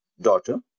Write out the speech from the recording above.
daughter